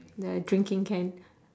the drinking can